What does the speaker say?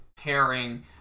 pairing